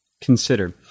Consider